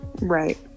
Right